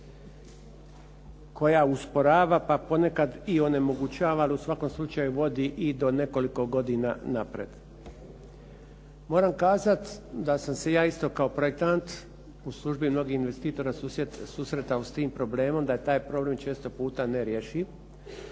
koja usporava pa ponekad i onemogućava, ali u svakom slučaju vodi i do nekoliko godina naprijed. Moram kazat da sam se ja isto kao projektant u službi mnogih investitora susretao s tim problemom, da je taj problem često puta nerješiv,